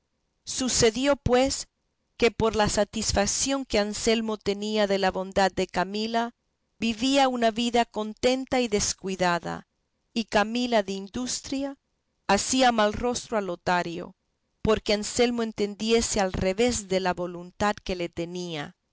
sucedió pues que por la satisfación que anselmo tenía de la bondad de camila vivía una vida contenta y descuidada y camila de industria hacía mal rostro a lotario porque anselmo entendiese al revés de la voluntad que le tenía